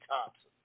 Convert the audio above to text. Thompson